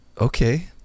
okay